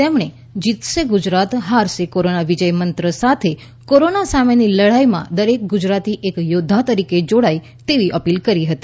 તેમણે જીતશે ગુજરાત હારશે કોરોના વિજય મંત્ર સાથે કોરોના સામેની લડાઈમાં દરેક ગુજરાતી એક યોદ્ધા તરીકે જોડાય તેવી અપીલ કરી હતી